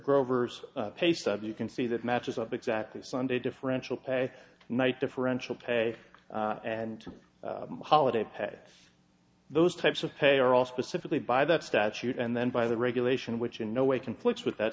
grover's paystub you can see that matches up exactly sunday differential pay night differential pay and holiday pay those types of pay are all specifically by that statute and then by the regulation which in no way conflicts with that